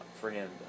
friend